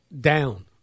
down